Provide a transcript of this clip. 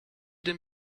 den